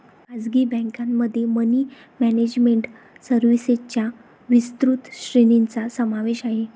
खासगी बँकेमध्ये money management सर्व्हिसेसच्या विस्तृत श्रेणीचा समावेश आहे